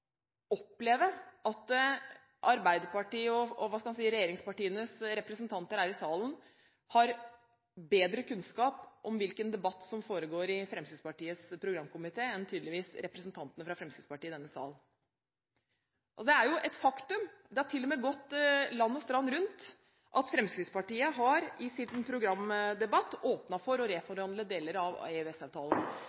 regjeringspartienes representanter her i salen har bedre kunnskap om hvilken debatt som foregår i Fremskrittspartiets programkomité enn tydeligvis representantene fra Fremskrittspartiet i denne sal. Det er jo et faktum – det har til og med gått land og strand rundt – at Fremskrittspartiet i sin programdebatt har åpnet for å